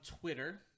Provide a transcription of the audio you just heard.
Twitter